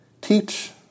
teach